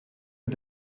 mit